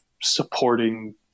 supporting